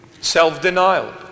Self-denial